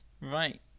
right